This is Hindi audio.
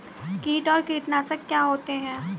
कीट और कीटनाशक क्या होते हैं?